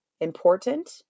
important